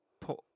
put